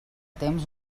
temps